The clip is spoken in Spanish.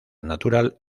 natural